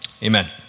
Amen